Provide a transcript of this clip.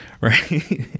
Right